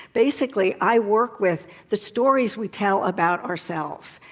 basically i work with the stories we tell about ourselves.